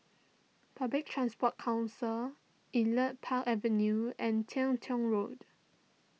Public Transport Council Elite Park Avenue and Teng Tong Road